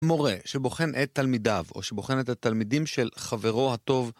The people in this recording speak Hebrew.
מורה שבוחן את תלמידיו או שבוחן את התלמידים של חברו הטוב